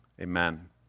Amen